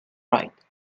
right